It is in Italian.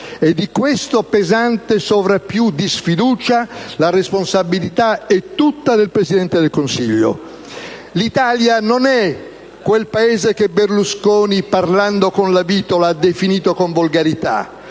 e di questo pesante sovrappiù di sfiducia la responsabilità è tutta del Presidente del Consiglio. L'Italia non è quel Paese che Berlusconi, parlando con Lavitola, ha definito con volgarità: